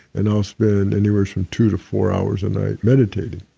and i'll spend anywhere from two to four hours a night meditating.